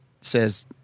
says